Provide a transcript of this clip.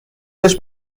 داشت